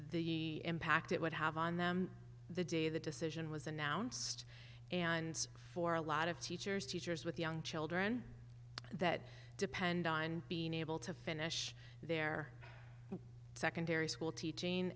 the impact it would have on them the day the decision was announced and for a lot of teachers teachers with young children that depend on being able to finish their secondary school teaching